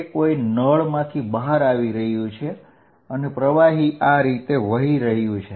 તે કોઈ નળમાંથી બહાર આવી રહ્યું છે અને પ્રવાહી આ રીતે વહી રહ્યું છે